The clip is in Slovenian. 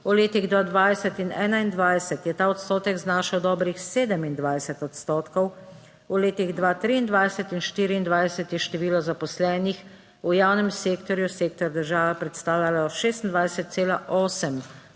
V letih 2020 in 2021 je ta odstotek znašal dobrih 27 odstotkov. V letih 2023 in 2024 je število zaposlenih v javnem sektorju sektor država predstavljalo 26,8 odstotkov,